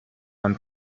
man